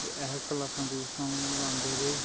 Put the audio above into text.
ते अस क्लासां क्लूसां लांदे रेह्